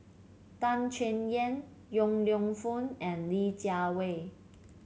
Tan Chay Yan Yong Lew Foong and Li Jiawei